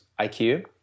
IQ